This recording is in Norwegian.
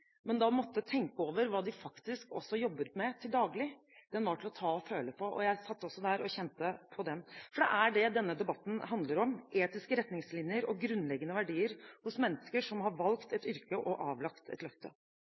men som da måtte tenke over hva de faktisk også jobbet med til daglig – var til å ta og føle på. Jeg satt også der og kjente på det. For det er det denne debatten handler om: etiske retningslinjer og grunnleggende verdier hos mennesker som har valgt et yrke og avlagt et løfte.